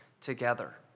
together